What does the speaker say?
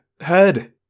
head